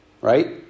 Right